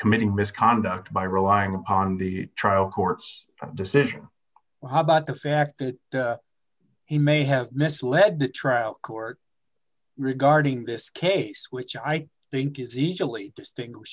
committing misconduct by relying upon the trial court's decision about the fact that he may have misled the trial court regarding this case which i think is easily distinguish